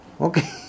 Okay